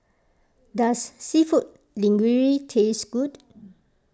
does Seafood Linguine taste good